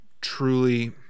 truly